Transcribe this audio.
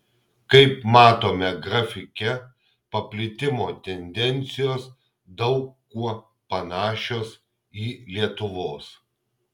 kaip matome grafike paplitimo tendencijos daug kuo panašios į lietuvos